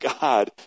God